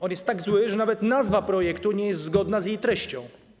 On jest tak zły, że nawet nazwa projektu nie jest zgodna z jego treścią.